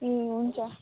हुन्छ